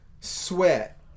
Sweat